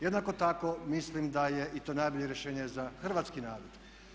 Jednako tako mislim da je i to najbolje rješenje za hrvatski narod.